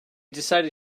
decided